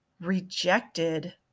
rejected